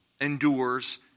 endures